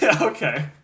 Okay